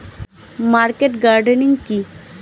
Market gardening কি?